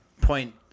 point